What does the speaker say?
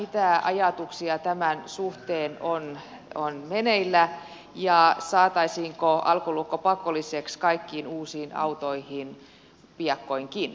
mitä ajatuksia tämän suhteen on meneillä ja saataisiinko alkolukko pakolliseksi kaikkiin uusiin autoihin piakkoinkin